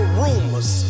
rumors